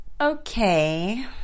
Okay